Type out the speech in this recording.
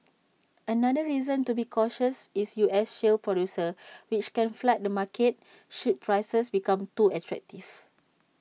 another reason to be cautious is U S shale producers which can flood the market should prices become too attractive